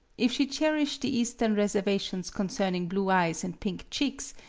if she cherished the eastern reservations con cerning blue eyes and pink cheeks,